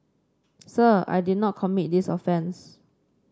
sir I did not commit this offence